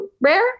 rare